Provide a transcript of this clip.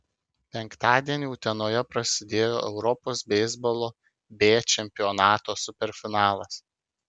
penktadienį utenoje prasidėjo europos beisbolo b čempionato superfinalas